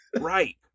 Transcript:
Right